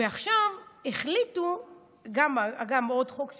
ועכשיו החליטו, בעוד חוק שהגיע,